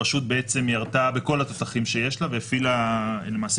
הרשות בעצם ירתה בכל התותחים שיש לה והפעילה למעשה